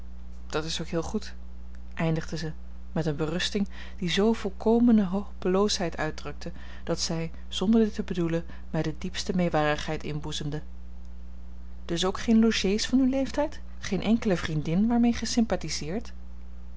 dat is ook heel goed eindigde zij met eene berusting die zoo volkomene hopeloosheid uitdrukte dat zij zonder dit te bedoelen mij de diepste meewarigheid inboezemde dus ook geene logées van uw leeftijd geene enkele vriendin